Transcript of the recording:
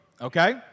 okay